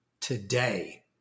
today